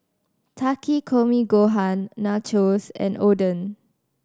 Takikomi Gohan Nachos and Oden